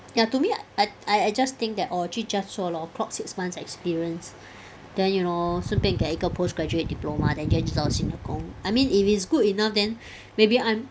ya to me I I I just think that orh 去 just 做 lor clock six months experience then you know 顺便 get 一个 postgraduate diploma then 在去找新的工 I mean if it's good enough then maybe I'm